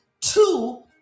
two